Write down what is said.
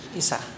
isa